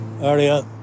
area